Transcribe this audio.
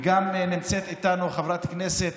וגם נמצאת איתנו חברת הכנסת